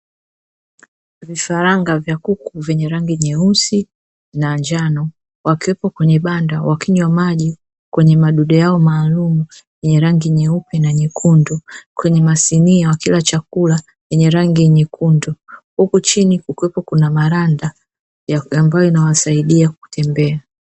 Vifaranga vya kuku vyenye rangi nyeusi na njano, wakiwepo kwenye banda wakinywa maji kwenye madude yao maalumu, yenye rangi nyeupe na nyekundu, na kwenye masinia wakila chakula yenye rangi nyekundu, huku chini kukiwa na malanda ambayo yanawasaidia kutembea.